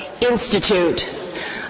Institute